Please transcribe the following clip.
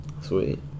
Sweet